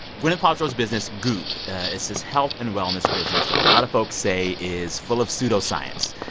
gwyneth paltrow's business goop is this health and wellness business that a lot of folks say is full of pseudoscience.